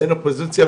אין אופוזיציה,